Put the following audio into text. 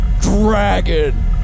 dragon